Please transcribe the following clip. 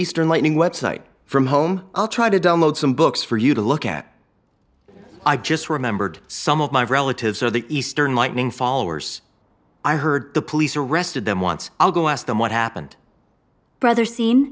eastern lightning website from home i'll try to download some books for you to look at i just remembered some of my relatives are the eastern lightning followers i heard the police arrested them once i'll go ask them what happened brother scen